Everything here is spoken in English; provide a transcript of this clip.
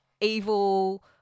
evil